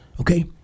Okay